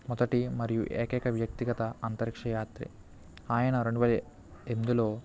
మొదటి మరియు ఏకైక వ్యక్తిగత అంతరిక్ష యాత్రి ఆయన రెండు వే ఎనిమిదిలో